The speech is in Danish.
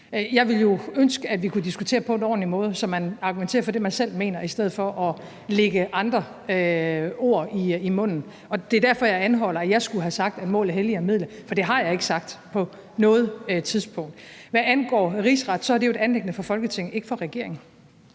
Jeg ville ønske, at vi kunne diskutere på en ordentlig måde, så man argumenterer for det, man selv mener, i stedet for at lægge andre ord i munden. Det er derfor, jeg anholder, at jeg skulle have sagt, at målet helliger midlet, for det har jeg ikke sagt på noget tidspunkt. Hvad angår Rigsretten, er det jo et anliggende for Folketinget, ikke for regeringen.